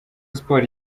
sport